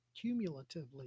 cumulatively